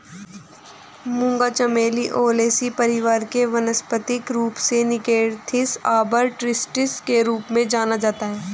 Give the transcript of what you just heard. मूंगा चमेली ओलेसी परिवार से वानस्पतिक रूप से निक्टेन्थिस आर्बर ट्रिस्टिस के रूप में जाना जाता है